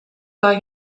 buy